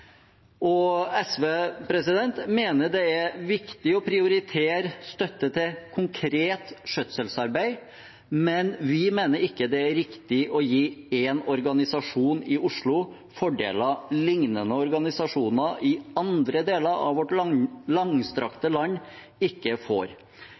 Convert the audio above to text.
SV mener det er viktig å prioritere støtte til konkret skjøtselsarbeid, men vi mener det ikke er riktig å gi én organisasjon i Oslo fordeler lignende organisasjoner i andre deler av vårt